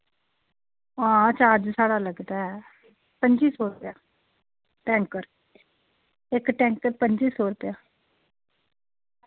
हां चार्ज साढ़ा लगदा ऐ पं'जी सौ रपेआ टैंकर इक टैंकर पं'जी सौ रपेआ